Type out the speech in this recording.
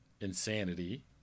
insanity